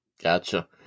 Gotcha